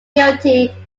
guilty